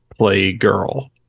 Playgirl